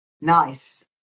nice